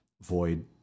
Void